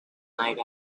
night